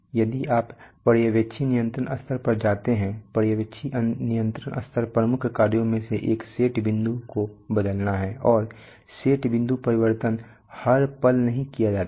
यदि आप पर्यवेक्षी नियंत्रण स्तर पर जाते हैं पर्यवेक्षी नियंत्रण स्तर प्रमुख कार्यों में से एक सेट बिंदु को बदलना है और सेट बिंदु परिवर्तन हर पल नहीं किए जाते हैं